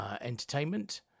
entertainment